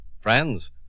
Friends